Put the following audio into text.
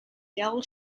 del